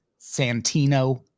Santino